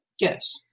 Yes